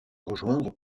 rejoindre